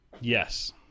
Yes